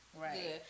Right